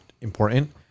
important